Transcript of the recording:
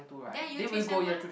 there year three sem one lah